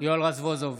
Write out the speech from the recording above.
יואל רזבוזוב,